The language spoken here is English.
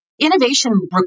Innovation